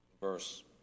verse